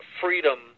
freedom